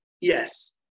yes